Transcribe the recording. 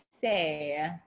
say